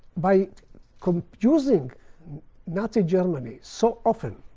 by using nazi germany so often,